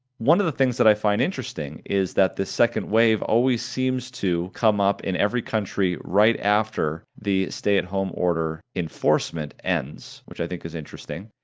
one of the things that i find interesting is that the second wave always seems to come up in every country right after the stay-at-home order enforcement ends, which i think is interesting.